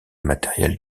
matériels